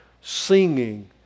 Singing